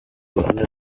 ibane